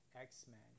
X-Men